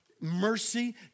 mercy